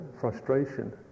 frustration